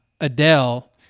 Adele